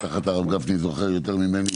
ובטח הרב גפני זוכר יותר ממני,